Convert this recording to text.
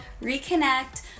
reconnect